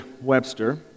Webster